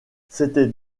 c’était